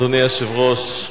אדוני היושב-ראש,